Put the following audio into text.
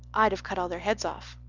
i'd have cut all their heads off.